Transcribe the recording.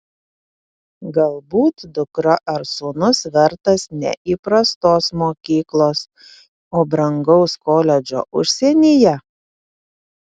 galbūt dukra ar sūnus vertas ne įprastos mokyklos o brangaus koledžo užsienyje